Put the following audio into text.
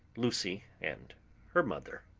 lucy and her mother.